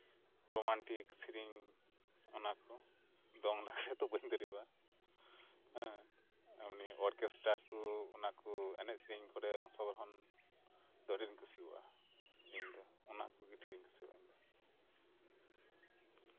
romantic ᱥᱮᱹᱨᱮᱧ ᱚᱱᱟᱠᱚ ᱫᱚᱝ ᱞᱟᱜᱽᱬᱮ ᱫᱚ ᱵᱟᱹᱧ ᱫᱟᱲᱮᱣᱟᱜᱼᱟ ᱦᱮᱸ ᱮᱢᱱᱤ ᱚᱨᱜᱮᱥᱴᱨᱟ ᱠᱚ ᱚᱱᱟ ᱠᱚᱨᱮ ᱚᱝᱥᱚ ᱜᱨᱚᱦᱚᱱ ᱫᱚ ᱟᱹᱰᱤ ᱟᱸᱴᱤᱧ ᱠᱩᱥᱤᱣᱟᱜᱼᱟ ᱤᱧ ᱫᱚ ᱚᱱᱟ ᱠᱚᱜᱮ ᱰᱷᱮᱨᱤᱧ ᱠᱩᱥᱤᱭᱟᱜᱼᱟ